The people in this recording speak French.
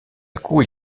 coup